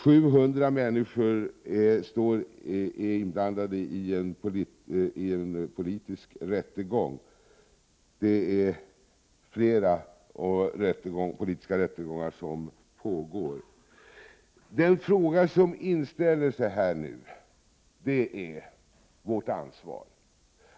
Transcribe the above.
700 människor är inblandade i en politisk rättegång. Flera politiska rättegångar pågår. Den fråga som inställer sig nu är frågan om vårt ansvar.